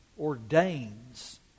ordains